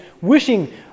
wishing